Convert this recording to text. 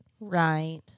Right